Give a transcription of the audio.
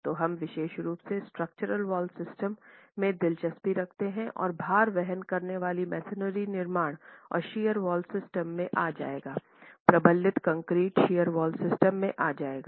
तो हम विशेष रूप से स्ट्रक्चरल वॉल सिस्टम में दिलचस्पी रखते है और भार वहन करने वाली मैसनरी निर्माण और शियर वॉल सिस्टम में आ जाएगा प्रबलित कंक्रीट शियर वॉल सिस्टम में आ जाएगा